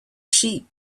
sheep